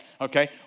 Okay